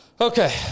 Okay